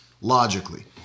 logically